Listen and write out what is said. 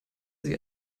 sie